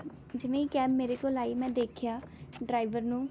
ਜਿਵੇਂ ਹੀ ਕੈਬ ਮੇਰੇ ਕੋਲ ਆਈ ਮੈਂ ਦੇਖਿਆ ਡਰਾਈਵਰ ਨੂੰ